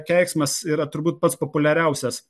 keiksmas yra turbūt pats populiariausias